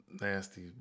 nasty